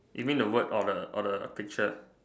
you mean the word or the or the picture